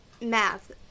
math